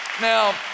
Now